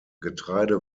getreide